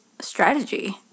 strategy